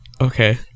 Okay